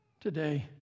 today